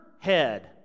head